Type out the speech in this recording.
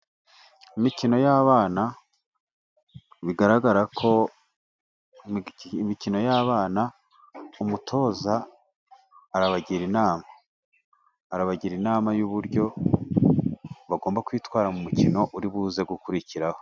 Imikino y'abana bigaragara ko imikino y'abana, umutoza arabagira inama, arabagira inama y'uburyo bagomba kwitwara mu mukino uri buze gukurikiraho.